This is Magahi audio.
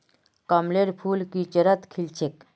कमलेर फूल किचड़त खिल छेक